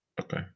Okay